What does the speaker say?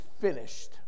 finished